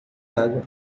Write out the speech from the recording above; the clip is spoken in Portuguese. água